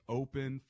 open